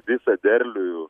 visą derlių